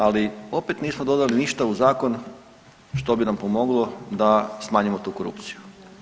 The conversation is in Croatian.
Ali opet nismo dodali ništa u zakon što bi nam pomoglo da smanjimo tu korupciju.